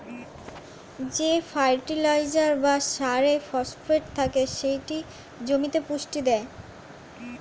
যে ফার্টিলাইজার বা সারে ফসফেট থাকে সেটি জমিতে পুষ্টি দেয়